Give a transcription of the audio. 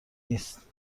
نیست